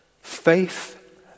faith